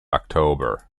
october